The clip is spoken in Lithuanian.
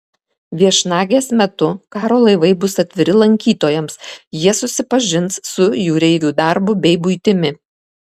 viešnagės metu karo laivai bus atviri lankytojams jie susipažins su jūreivių darbu bei buitimi